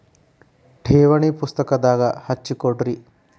ಠೇವಣಿ ಪುಸ್ತಕದಾಗ ಹಚ್ಚಿ ಕೊಡ್ರಿ